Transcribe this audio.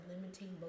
limiting